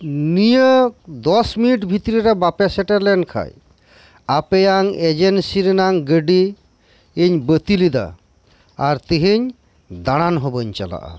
ᱱᱤᱭᱟᱹ ᱫᱚᱥ ᱢᱤᱱᱤᱴ ᱵᱷᱤᱛᱨᱤ ᱨᱮ ᱵᱟᱯᱮ ᱥᱮᱴᱮᱨ ᱞᱮᱱ ᱠᱷᱟᱱ ᱟᱯᱮᱭᱟᱜ ᱮᱡᱮᱱᱥᱤ ᱨᱮᱱᱟᱜ ᱜᱟᱹᱰᱤ ᱤᱧ ᱵᱟᱹᱛᱤᱞᱮᱫᱟ ᱟᱨ ᱛᱮᱦᱮᱧ ᱫᱟᱬᱟᱱ ᱦᱚᱸ ᱵᱟᱹᱧ ᱪᱟᱞᱟᱜᱼᱟ